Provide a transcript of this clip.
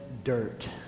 dirt